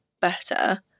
better